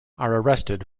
arrested